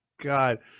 god